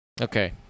Okay